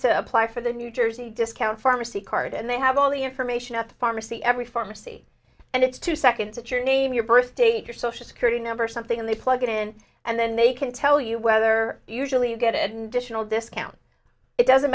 to play for the new jersey discount pharmacy card and they have all the information at the pharmacy every pharmacy and it's two seconds that your name your birthdate your social security number or something and they plug it in and then they can tell you whether you usually get additional discount it doesn't